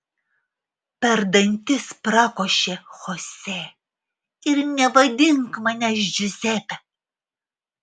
per dantis prakošė chose ir nevadink manęs džiuzepe